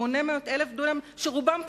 800,000 דונם שרובם פנויים,